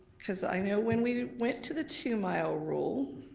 cause i know when we went to the two mile rule,